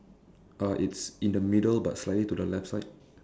uh it's in the middle but slightly to the left side